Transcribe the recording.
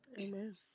Amen